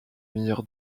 meilleur